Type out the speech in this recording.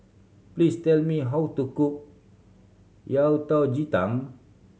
please tell me how to cook yao ji tang